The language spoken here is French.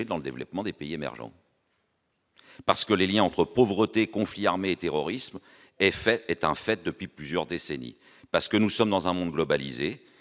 dans le développement des pays émergents. Parce que les Liens entre pauvreté conflits armés et terrorisme fait est, en fait, depuis plusieurs décennies, parce que nous sommes dans un monde globalisé